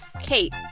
Kate